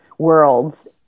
worlds